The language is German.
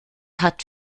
hat